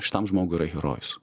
šitam žmoguiyra herojus